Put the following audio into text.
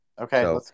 Okay